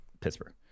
Pittsburgh